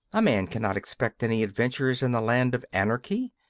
a man cannot expect any adventures in the land of anarchy.